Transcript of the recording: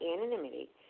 anonymity